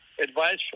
advice